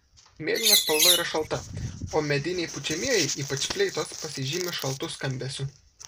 mėlyna spalva yra šalta o mediniai pučiamieji ypač fleitos pasižymi šaltu skambesiu